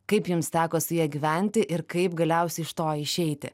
kaip jums teko su ja gyventi ir kaip galiausiai iš to išeiti